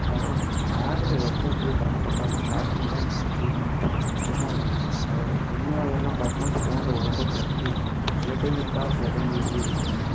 அப்புறம் காதில் வெக்கிறதுக்கே கம்ஃபர்ட்டாக இல்லை ஸ்டார்டிங் இதாக இருந்தேன் சரி இப்போ சுத்தமாக இல்லை கடைசியில் பின் ஒயர்லாம் பார்த்திங்கனா ஃபோனில் ஒழுங்காக பிளக்கு சில டைம் எடுக்காது சில டைம் லூஸ் ஆகி வெளியே வந்துடுது